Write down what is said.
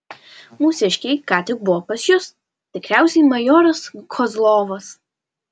mūsiškiai ką tik buvo pas jus tikriausiai majoras kozlovas